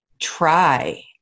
try